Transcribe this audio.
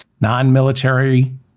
non-military